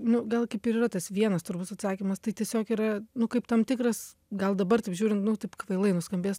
nu gal kaip ir yra tas vienas turbūt atsakymas tai tiesiog yra nu kaip tam tikras gal dabar taip žiūrint nu taip kvailai nuskambės